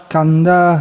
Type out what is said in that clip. Kanda